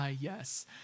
yes